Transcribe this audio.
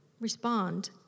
respond